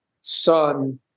son